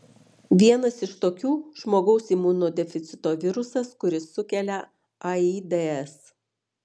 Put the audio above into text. vienas iš tokių žmogaus imunodeficito virusas kuris sukelia aids